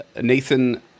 Nathan